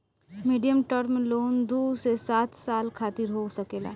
medium term loan दू से सात साल खातिर हो सकेला